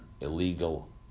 illegal